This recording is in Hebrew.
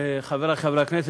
חברי חברי הכנסת,